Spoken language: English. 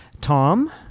Tom